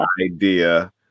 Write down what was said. idea